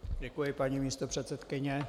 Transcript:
Děkuji, paní místopředsedkyně.